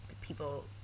people